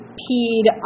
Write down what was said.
peed